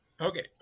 Okay